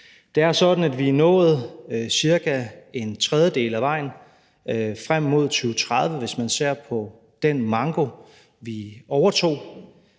Det er sådan, at vi er nået cirka en tredjedel af vejen frem mod 2030, hvis man ser på den manko, vi overtog.